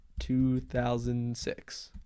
2006